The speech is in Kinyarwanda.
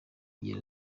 igira